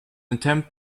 attempt